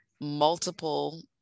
multiple